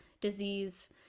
disease